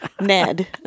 Ned